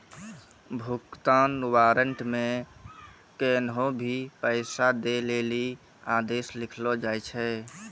भुगतान वारन्ट मे कोन्हो भी पैसा दै लेली आदेश लिखलो जाय छै